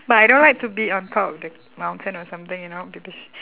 but I don't like to be on top of the mountain or something you know because